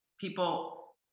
people